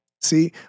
See